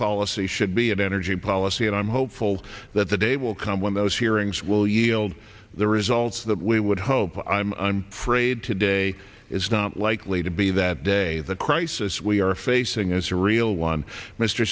policy should be and energy policy and i'm hopeful that the day will come when those hearings will yield the results that we would hope i'm afraid today is not likely to be that day the crisis we are facing as a real one mr